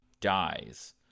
dies